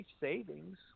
savings